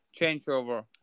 changeover